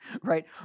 right